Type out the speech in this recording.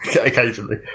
occasionally